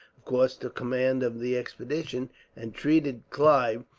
of course took command of the expedition and treated clive,